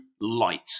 light